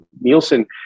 Nielsen